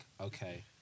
okay